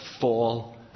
fall